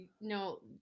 No